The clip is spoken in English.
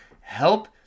help